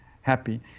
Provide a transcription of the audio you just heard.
happy